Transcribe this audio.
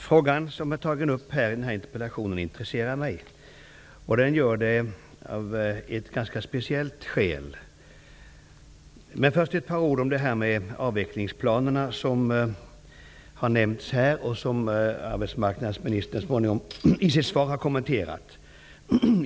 Herr talman! Den fråga som tas upp i denna interpellation intresserar mig av ett ganska speciellt skäl. Men först ett par ord om avveckligsplanerna, som har nämnts och som arbetsmarknadsministern har kommenterat i sitt svar.